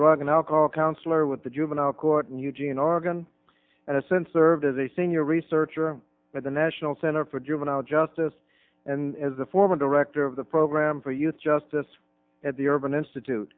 drug and alcohol counselor with the juvenile court in eugene oregon and a sense served as a senior researcher at the national center for juvenile justice and the former director of the program for youth justice at the urban institute